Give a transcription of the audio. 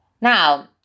Now